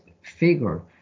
figure